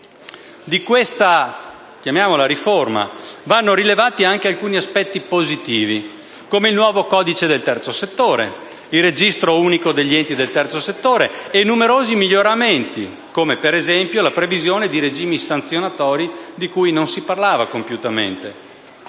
così - vanno rilevati anche alcuni aspetti positivi, come il nuovo codice del terzo settore, il registro unico degli enti del terzo settore, e i numerosi miglioramenti, come per esempio la previsione di regimi sanzionatori di cui non si parlava compiutamente.